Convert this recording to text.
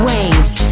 Waves